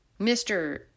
Mr